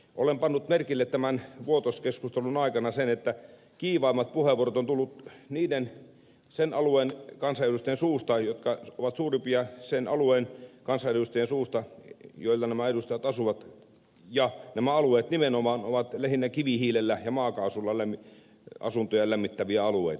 olen pannut merkille tämän vuotos keskustelun aikana sen että kiivaimmat puheenvuorot on tullut niiden sen alueen kansallisten suusta jotka ovat tulleet sen alueen kansanedustajien suusta jolla nämä edustajat asuvat ja nämä alueet nimenomaan ovat lähinnä kivihiilellä ja maakaasulla asuntojaan lämmittäviä alueita